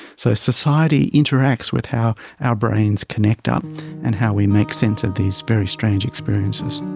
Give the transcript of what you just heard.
so society interacts with how our brains connect up and how we make sense of these very strange experiences.